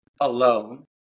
alone